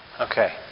Okay